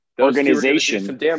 Organization